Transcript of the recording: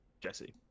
Jesse